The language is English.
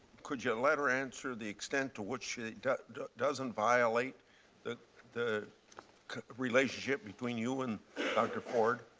could you let her answer the extent to which it doesn't violate the the relationship between you and dr. ford?